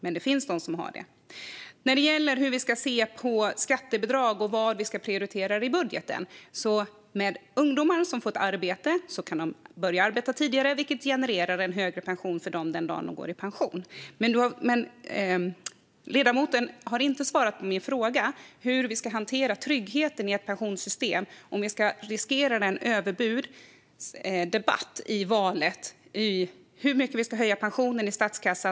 Men det finns de som har det dåligt. Sedan gäller det hur vi ska se på skattebidrag och vad vi ska prioritera i budgeten. Ungdomar som får ett arbete kan börja arbeta tidigare, vilket genererar en högre pension för dem den dag de går i pension. Men ledamoten har inte svarat på min fråga om hur vi ska hantera tryggheten i ett pensionssystem. Det finns risker med en överbudsdebatt inför valet i fråga om hur mycket vi ska höja pensionen i statskassan.